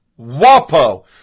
WAPO